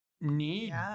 need